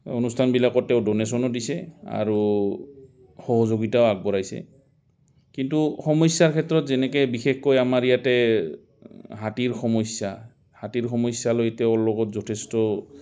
অনুষ্ঠানবিলাকত তেওঁ ড'নেশ্যনো দিছে আৰু সহযোগিতাও আগবঢ়াইছে কিন্তু সমস্যাৰ ক্ষেত্ৰত যেনেকৈ বিশেষকৈ আমাৰ ইয়াতে হাতীৰ সমস্যা হাতীৰ সমস্যালৈ তেওঁৰ লগত যথেষ্ট